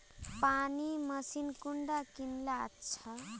पानी मशीन कुंडा किनले अच्छा?